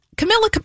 Camilla